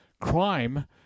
crime